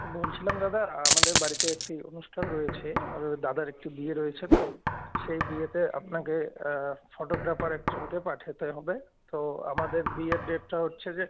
বলছিলাম দাদা আমাদের বাড়িতে একটি অনুষ্ঠান রয়েছে দাদার একটু বিয়ে রয়েছে তো সেই বিয়েতে আপনাকে ফটোগ্রাফার একজনকে পাঠাতে হবে তো আমাদের বিয়ের ডেটটা হচ্ছে যে